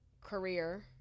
career